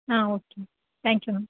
ah okay thank you ma'am